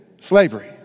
slavery